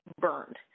burned